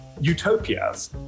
Utopias